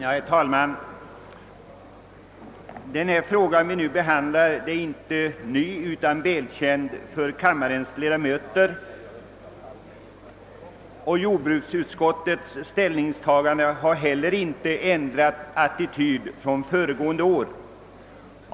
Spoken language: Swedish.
Herr talman! Den fråga vi nu behandlar är inte ny, utan välkänd för kammarens ledamöter, och jordbruksutskottets ställningstagande har inte heller ändrats från föregående år.